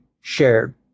shared